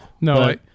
No